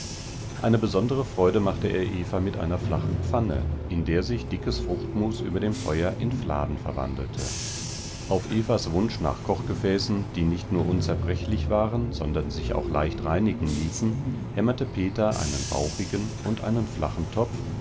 eine besondere freude machte er eva mit einer flachen pfanne in der sich dickes fruchtmus über dem feuer in fladen verwandelte auf evas wunsch nach kochgefäßen die nicht nur unzerbrechlich waren sondern sich auch leicht reinigen ließen hämmerte peter einen bauchigen und einen flachen topf